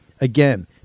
Again